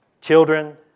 Children